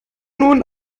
nun